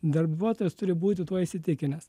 darbuotojas turi būti tuo įsitikinęs